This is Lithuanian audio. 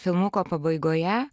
filmuko pabaigoje